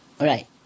Right